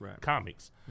comics